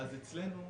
אצלנו,